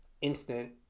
instant